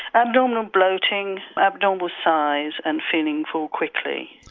abdominal bloating, abnormal size and feeling full quickly.